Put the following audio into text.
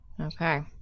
Okay